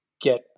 get